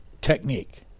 technique